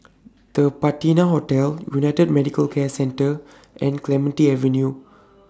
The Patina Hotel United Medical Care Centre and Clementi Avenue